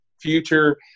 future